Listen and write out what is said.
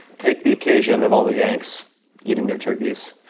take the occasion of all the yanks eating their turkeys,